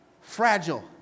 fragile